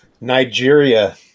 Nigeria